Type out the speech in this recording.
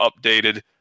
updated